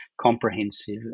comprehensive